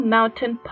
Mountain